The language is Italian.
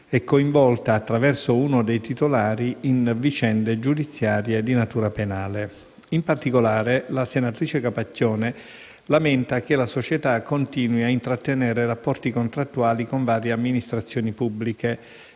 e coinvolta, attraverso uno dei titolari, in vicende giudiziarie di natura penale. In particolare, la senatrice Capacchione lamenta che la società continui a intrattenere rapporti contrattuali con varie amministrazioni pubbliche